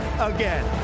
again